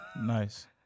Nice